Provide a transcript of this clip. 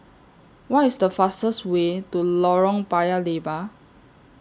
What IS The fastest Way to Lorong Paya Lebar